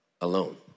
alone